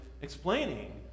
explaining